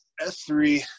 S3